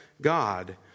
God